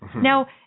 Now